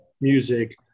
music